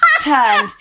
turned